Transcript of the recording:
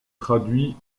traduit